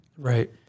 Right